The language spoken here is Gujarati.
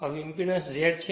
હવે ઇંપેડન્સ Z છે